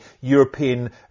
European